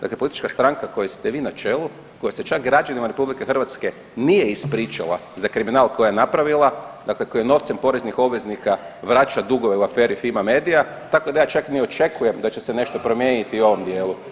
Dakle, politička stranka kojoj ste vi na čelu, koja se čak građanima RH nije ispričala za kriminal koji je napravila, dakle koja novcem poreznih obveznik vraća dugove u aferi Fimi-medija, tako da ja čak ni ne očekujem da će se nešto promijeniti u ovom dijelu.